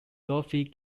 dorothy